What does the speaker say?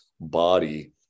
body